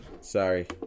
Sorry